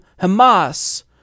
Hamas